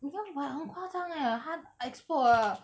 你看 !wah! 很夸张 eh 他 explode 的